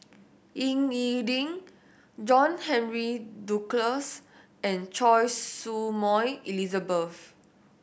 Ying E Ding John Henry Duclos and Choy Su Moi Elizabeth